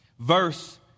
Verse